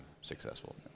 successful